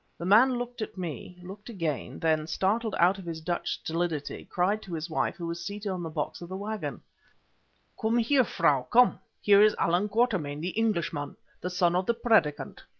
the man looked at me, looked again, then, startled out of his dutch stolidity, cried to his wife, who was seated on the box of the waggon come here, frau, come. here is allan quatermain, the englishman, the son of the predicant.